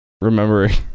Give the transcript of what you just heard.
remembering